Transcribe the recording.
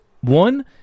one